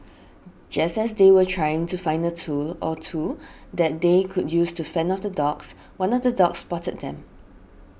just as they were trying to find a tool or two that they could use to fend off the dogs one of the dogs spotted them